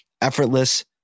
effortless